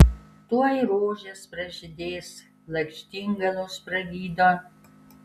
tuoj rožės pražydės lakštingalos pragydo